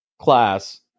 class